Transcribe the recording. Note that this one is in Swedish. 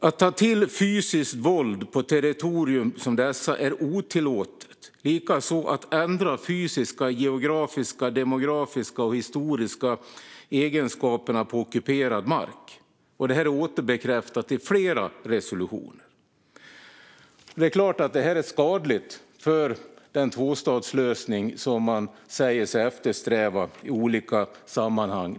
Att ta till fysiskt våld på territorier som dessa är otillåtet, likaså att ändra fysiska, geografiska, demografiska och historiska egenskaper när det gäller den ockuperade marken. Detta har återbekräftats i flera resolutioner. Det är klart att detta är skadligt för den tvåstatslösning som man säger sig eftersträva i olika sammanhang.